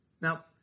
Now